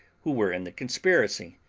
who were in the conspiracy,